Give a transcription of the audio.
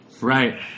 right